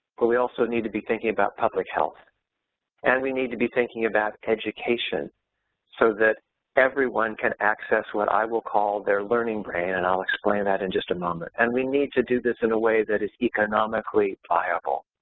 but we also need to be thinking about public health and we need to be thinking about education so that everyone can access what i will call their learning brain and i'll explain that in just a moment and we need to do this in a way that is economically viable.